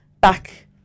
back